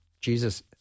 Jesus